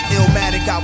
Illmatic